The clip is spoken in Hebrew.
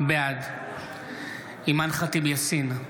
בעד אימאן ח'טיב יאסין,